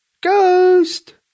Ghost